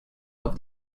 off